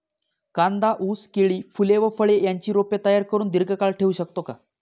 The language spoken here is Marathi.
कांदा, ऊस, केळी, फूले व फळे यांची रोपे तयार करुन दिर्घकाळ ठेवू शकतो का?